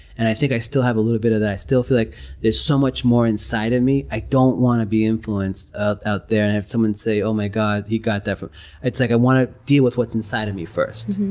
and i think i still have a little bit of that. i still feel like there's so much more inside of me. i don't wanna be influenced out there and have someone say, oh my god, he got that from, like i wanna deal with what's inside of me first.